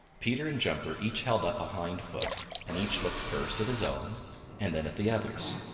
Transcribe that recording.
peter and jumper each held up a hind foot and each looked first at his own and then at the other's.